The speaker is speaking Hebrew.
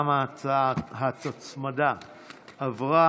הצעת החוק התקבלה בקריאה